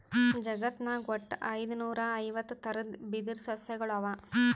ಜಗತ್ನಾಗ್ ವಟ್ಟ್ ಐದುನೂರಾ ಐವತ್ತ್ ಥರದ್ ಬಿದಿರ್ ಸಸ್ಯಗೊಳ್ ಅವಾ